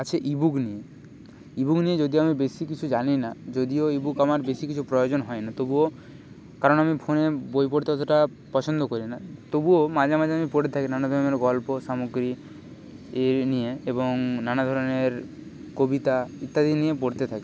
আছে ইবুক নিয়ে ইবুক নিয়ে যদিও আমি বেশি কিছু জানি না যদিও ইবুক আমার বেশি কিছু প্রয়োজন হয় না তবুও কারণ আমি ফোনে বই পড়তে অতটা পছন্দ করি না তবুও মাঝে মাঝে আমি পড়ে থাকি নানা ধরনের গল্প সামগ্রী এর নিয়ে এবং নানা ধরনের কবিতা ইত্যাদি নিয়ে পড়তে থাকি